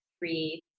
three